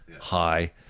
high